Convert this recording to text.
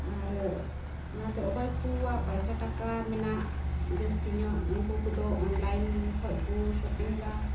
ᱟᱨ ᱚᱱᱟᱛᱮ ᱚᱠᱚᱭ ᱠᱩᱣᱟᱜ ᱯᱟᱭᱥᱟ ᱴᱟᱠᱟ ᱢᱮᱱᱟᱜ ᱡᱟᱹᱥᱛᱤᱧᱚᱜ ᱩᱱᱠᱩ ᱠᱩᱫᱚ ᱚᱱᱞᱟᱭᱤᱱ ᱠᱷᱚᱡᱠᱩ ᱥᱚᱯᱤᱝᱫᱟ